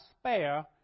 spare